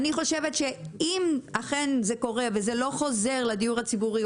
אני חושבת שאם אכן זה קורה וזה לא חוזר לדיור הציבורי,